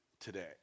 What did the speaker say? today